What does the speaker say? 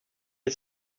had